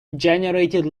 generated